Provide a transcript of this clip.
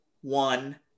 one